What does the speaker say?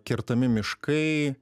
kertami miškai